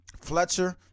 Fletcher